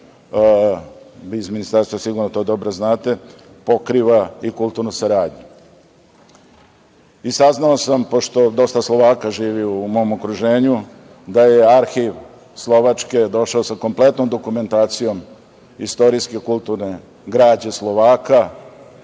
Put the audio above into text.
vi iz ministarstva sigurno to dobro znate, pokriva i kulturnu saradnju. Saznao sam, pošto dosta Slovaka živi u mom okruženju, da je arhiv Slovačke došao sa kompletnom dokumentacijom, istorijske, kulturne građe Slovaka,